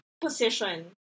position